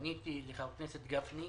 פניתי לחבר הכנסת גפני.